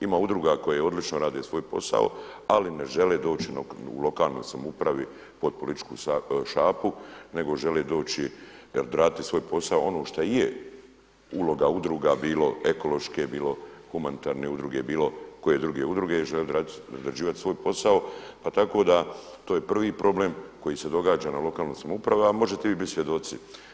Ima udruga koje odlično rade svoj posao, ali ne žele doći u lokalnoj samoupravi pod političku šapu nego žele doći i raditi svoj posao ono što je uloga udruga bilo ekološke, bilo humanitarne udruge, bilo koje druge udruge žele odrađivati svoj posao, pa tko da to je prvi problem koji se događa u lokalnim samoupravama, a možete vi biti svjedoci.